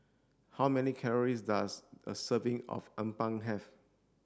how many calories does a serving of Appam have